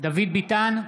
דוד ביטן,